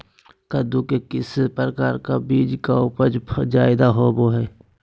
कददु के किस प्रकार का बीज की उपज जायदा होती जय?